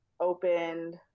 opened